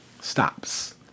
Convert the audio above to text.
stops